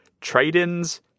trade-ins